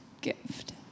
gift